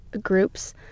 groups